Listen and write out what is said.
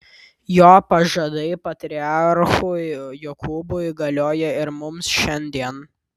jo pažadai patriarchui jokūbui galioja ir mums šiandien